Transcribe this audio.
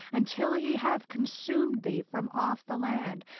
until he have consumed thee from off the land,